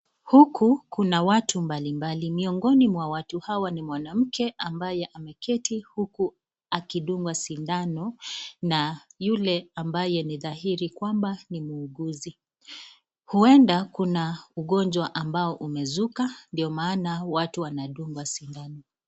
Huku kuna watu mbali mbali, miongoni mwa watu hawa ni mwanamke ambaye ameketi huku akidungwa sidano na yule ambaye ni thahiri kwamba ni muuguzi , huenda kuna ugonjwa ambao umezuka ndio maana watu wanadungwa sidano.